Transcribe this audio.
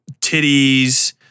titties